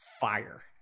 fire